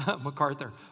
MacArthur